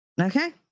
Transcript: okay